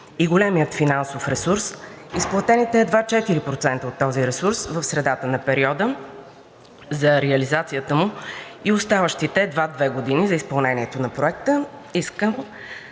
и големия финансов ресурс, а изплатените едва 4% от този ресурс в средата на периода за реализацията му и оставащите едва две години за изпълнението на Проекта, то